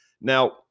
Now